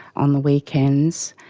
on the weekends.